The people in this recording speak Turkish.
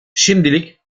şimdilik